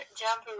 jump